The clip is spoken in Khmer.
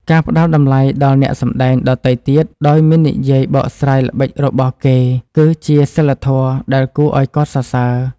ការផ្តល់តម្លៃដល់អ្នកសម្តែងដទៃទៀតដោយមិននិយាយបកស្រាយល្បិចរបស់គេគឺជាសីលធម៌ដែលគួរឱ្យកោតសរសើរ។